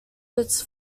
its